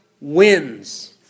wins